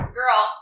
girl